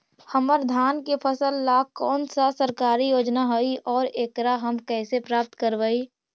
हमर धान के फ़सल ला कौन सा सरकारी योजना हई और एकरा हम कैसे प्राप्त करबई?